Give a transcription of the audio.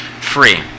free